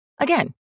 Again